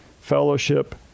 fellowship